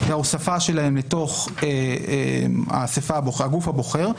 ההוספה שלהם לתוך הגוף הבוחר.